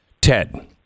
Ted